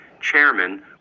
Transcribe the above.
chairman